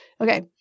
Okay